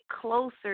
closer